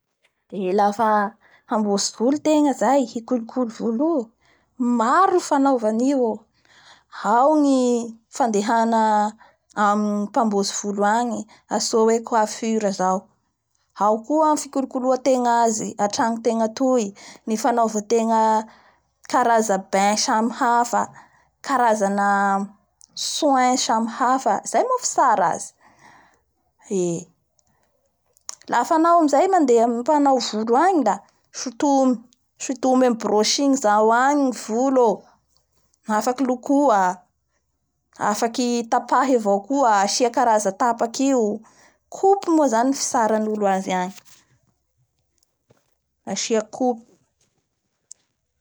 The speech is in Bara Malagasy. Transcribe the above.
Eee lafa hamboatsy volo zay hikolokolo volo io maro ny fanaova an'io oo, ao ny fandehana amin'ny mpambotsy volo agny atsoa hoe coiffure zao, ao koa ny fikolokoloantegna zy antragnotegna atoy ny fanaovategna karaza "bain" samy hafa karazana soin samy hafa. Izay moa ny fitsara anazy, ee lafa anao amizay mandeha amin'ny mpanao volo agny la sotomy, sotomy amin'ny broching zao agny ny volo oo, afaky lokoa aaafaky tapahy avao koa, asia karaza tapaky io coupe moa zao ny fitsaran'olo azy agny.